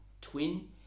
twin